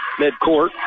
midcourt